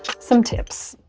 some tips.